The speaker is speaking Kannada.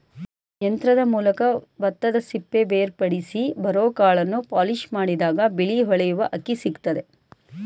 ಯಂತ್ರದ ಮೂಲಕ ಭತ್ತದಸಿಪ್ಪೆ ಬೇರ್ಪಡಿಸಿ ಬರೋಕಾಳನ್ನು ಪಾಲಿಷ್ಮಾಡಿದಾಗ ಬಿಳಿ ಹೊಳೆಯುವ ಅಕ್ಕಿ ಸಿಕ್ತದೆ